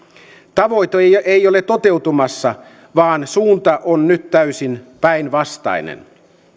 tavoite ei ole toteutumassa vaan suunta on täysin päinvastainen